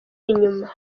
inyuma